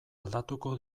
aldatuko